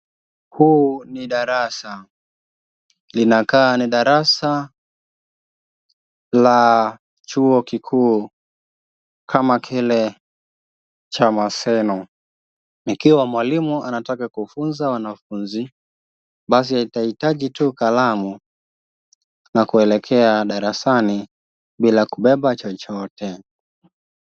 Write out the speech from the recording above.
Hili ni darasa. Linakaa ni darasa la chuo kikuu kama kile cha Maseno. Ikiwa mwalimu anataka kufunza wanafunzi, basi atahitaji tu kalamu na kuelekea darasani bila kubeba chochote.